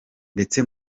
ndetse